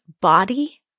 body